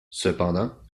cependant